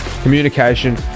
communication